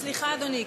סליחה, אדוני.